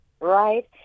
right